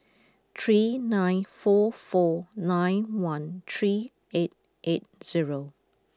three nine four four nine one three eight eight zero